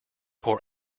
poor